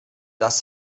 das